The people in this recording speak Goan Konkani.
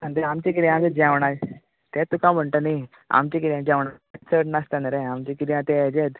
आनी आमचे कितें जेवणाचें तेत तुका म्हणटा न्ही आमचे कितें जेवणाचे चड नास्ता न्हू आमचे कितें ते हेजेत